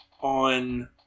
on